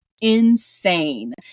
insane